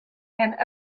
and